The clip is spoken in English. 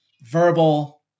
verbal